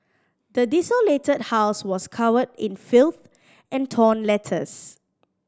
the desolated house was covered in filth and torn letters